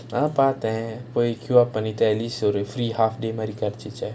அதான் பாத்தேன் போய் பண்ணிட்டு:athaan paathaen poi pannittu at least there is free half day medical free check